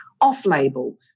off-label